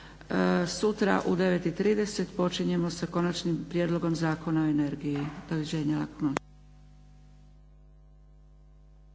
Sutra u 9,30 počinjemo sa Konačnim prijedlogom Zakona o energiji.